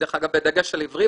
דרך אגב בדגש על עיוורים,